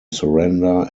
surrender